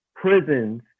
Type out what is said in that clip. prisons